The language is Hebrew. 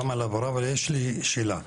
גם על ההבהרה ויש לי שאלה,